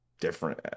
different